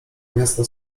miasta